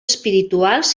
espirituals